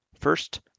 First